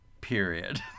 period